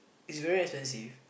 is very expensive